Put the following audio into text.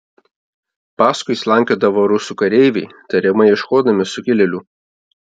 paskui slankiodavo rusų kareiviai tariamai ieškodami sukilėlių